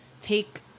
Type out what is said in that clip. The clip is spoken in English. take